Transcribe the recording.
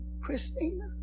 Christina